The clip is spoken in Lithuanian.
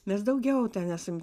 mes daugiau ten esam